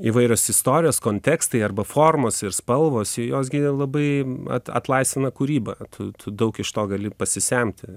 įvairios istorijos kontekstai arba formos ir spalvos jos gi labai at atlaisvina kūrybą daug iš to gali pasisemti